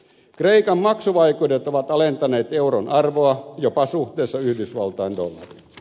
kreikan maksuvaikeudet ovat alentaneet euron arvoa jopa suhteessa yhdysvaltain dollariin